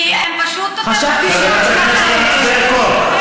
כי הם פשוט, חברת הכנסת ענת ברקו.